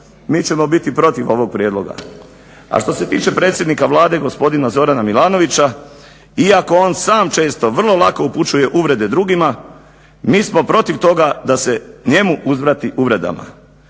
mi ćemo biti protiv ovog prijedloga. A što se tiče predsjednika Vlade gospodina Zorana Milanovića iako on sam često vrlo laku upućuje uvrede drugima mi smo protiv toga da se njemu uzvrati uvredama.